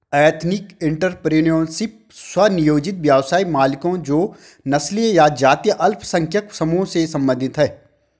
ethnic entrepreneurship, स्व नियोजित व्यवसाय मालिकों जो नस्लीय या जातीय अल्पसंख्यक समूहों से संबंधित हैं